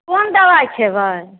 कोन दवाइ खेबै